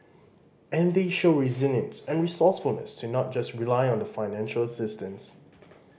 and they show resilience and resourcefulness to not just rely on the financial assistance